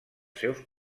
seus